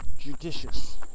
judicious